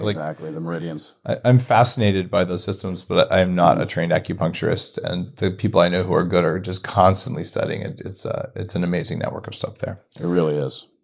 exactly, the meridians. i'm fascinated by those systems, but i am not a trained acupuncturist. and the people who i know who are good are just constantly studying it. it's ah it's an amazing network of stuff there. it really is.